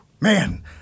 Man